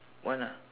one ah